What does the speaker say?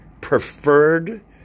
preferred